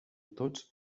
tots